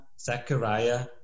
Zechariah